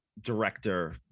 director